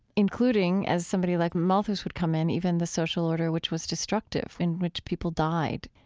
including, as somebody like malthus would come in, even the social order which was destructive, in which people died.